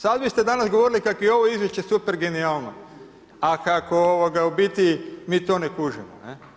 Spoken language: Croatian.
Sad biste danas govorili, kak je ovo izvješće super, genijalno, a kako u biti mi to ne kužimo.